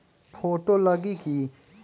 Photo लगी कि?